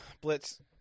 Blitz